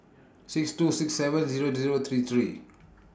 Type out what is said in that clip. six two six seven Zero Zero three three